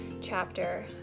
chapter